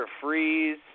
Freeze